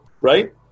right